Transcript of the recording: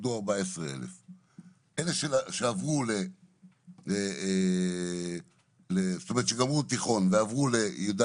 למדו 14,000. אלה שגמרו תיכון ועברו ל-יא',